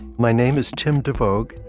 my name is tim devoogd,